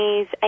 eight